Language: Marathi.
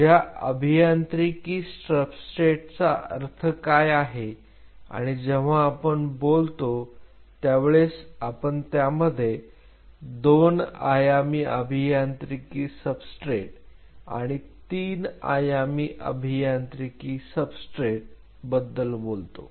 त्या अभियांत्रिकी सबस्ट्रेट चा अर्थ काय आहे आणि जेव्हा आपण बोलतो त्यावेळेस आपण त्यामध्ये 2 आयामी अभियांत्रिकी सबस्ट्रेट आणि 3 आयामी अभियांत्रिकी सबस्ट्रेट बद्दल बोलतो